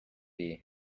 hiv